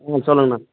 ம் சொல்லுங்கண்ணா